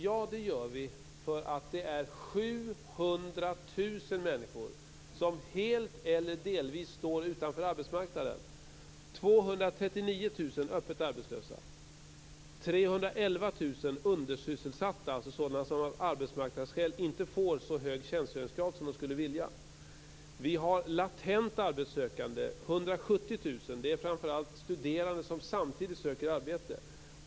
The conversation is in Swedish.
Ja, och det gör vi för att det är 700 000 311 000 personer är undersysselsatta, alltså människor som av arbetsmarknadsskäl inte har så höga tjänstgöringskrav som de skulle vilja ha. Det finns 170 000 latent arbetssökande, och det är framför allt studerande som samtidigt söker arbete.